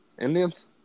Indians